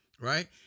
right